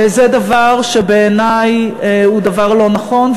זה דבר שבעיני הוא דבר לא נכון,